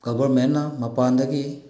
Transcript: ꯒꯣꯕꯔꯟꯃꯦꯟꯅ ꯃꯄꯥꯟꯗꯒꯤ